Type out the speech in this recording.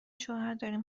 شوهرداریم